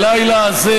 הלילה הזה,